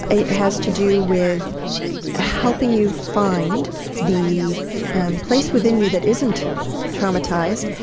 it has to do with helping you find the place within you that isn't traumatized,